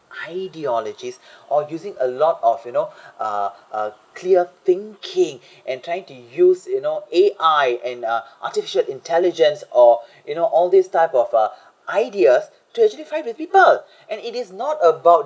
ideologies or using a lot of you know uh uh clear thinking and trying to use you know A_I and uh artificial intelligence or you know all these type of uh ideas to actually fight with people and it is not about